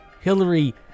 Hillary